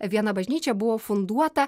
viena bažnyčia buvo funduota